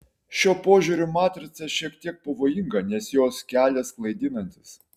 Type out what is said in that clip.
šiuo požiūriu matrica šiek tiek pavojinga nes jos kelias klaidinantis